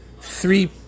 three